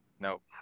Nope